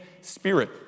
Spirit